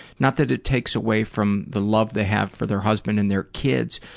not that it takes away from the love they have for their husband and their kids,